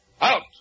Out